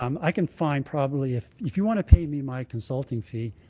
um i can find probably if if you want to pay me my consulting fee,